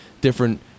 different